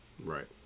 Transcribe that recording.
Right